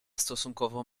stosunkowo